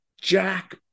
Jack